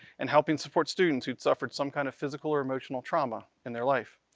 and helping support students who'd suffered some kind of physical or emotional trauma in their life.